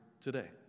today